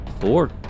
Four